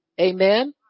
Amen